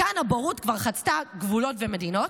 כאן הבורות כבר חצתה גבולות ומדינות,